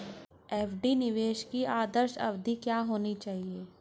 FD निवेश की आदर्श अवधि क्या होनी चाहिए?